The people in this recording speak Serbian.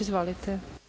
Izvolite.